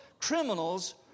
criminals